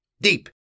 Deep